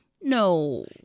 No